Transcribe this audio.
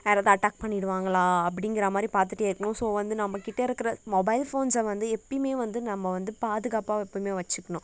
யாராது அட்டாக் பண்ணிடுவாங்களா அப்படிங்குறா மாதிரி பார்த்துட்டே இருக்கணும் ஸோ வந்து நம்மகிட்ட இருக்கிற மொபைல் ஃபோன்ஸை வந்து எப்போயுமே வந்து நம்ம வந்து பாதுகாப்பாக எப்போயுமே வச்சிக்கணும்